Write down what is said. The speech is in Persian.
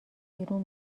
بیرون